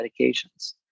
medications